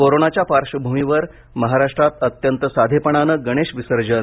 कोरोनाच्या पार्श्वभूमीवर महाराष्ट्रात अत्यंत साधेपणानं गणेश विसर्जन